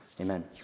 amen